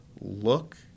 look